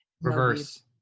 reverse